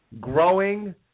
growing